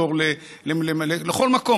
בתור לכל מקום,